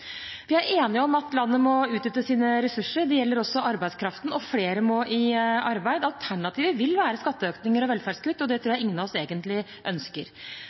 Vi er enige om at landet må utnytte sine ressurser. Det gjelder også arbeidskraften. Flere må i arbeid. Alternativet vil være skatteøkninger og velferdskutt, og det tror jeg ingen av oss egentlig ønsker.